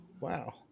Wow